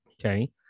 Okay